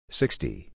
sixty